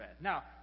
Now